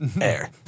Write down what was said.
air